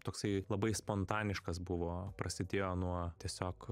toksai labai spontaniškas buvo prasidėjo nuo tiesiog